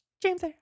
James